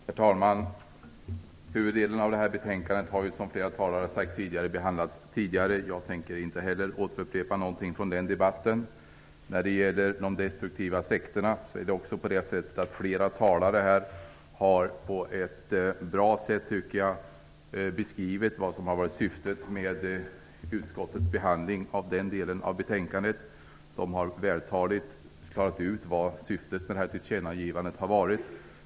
Herr talman! Huvuddelen av detta betänkande har, som flera talare redan sagt, behandlats tidigare. Inte heller jag tänker återupprepa någonting från den debatten. När det gäller de destruktiva sekterna har flera talare här på ett bra sätt beskrivit vad som har varit syftet med utskottets behandling av den delen av betänkandet. De har vältaligt klarat ut vad syftet med tillkännagivandet har varit.